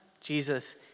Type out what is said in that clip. Jesus